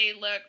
look